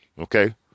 okay